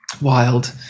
wild